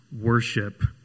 worship